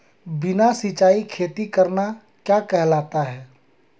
बिना सिंचाई खेती करना क्या कहलाता है?